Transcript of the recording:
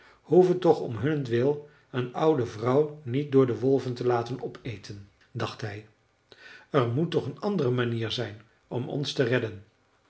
hoeven toch om hunnentwil een oude vrouw niet door de wolven te laten opeten dacht hij er moet toch een andere manier zijn om ons te redden